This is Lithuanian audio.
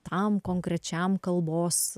tam konkrečiam kalbos